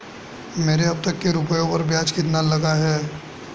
मेरे अब तक के रुपयों पर ब्याज कितना लगा है?